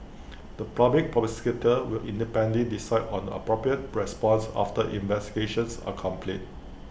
the Public Prosecutor will independently decide on appropriate response after investigations are complete